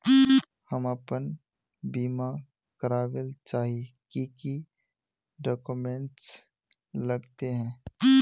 हम अपन बीमा करावेल चाहिए की की डक्यूमेंट्स लगते है?